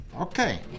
Okay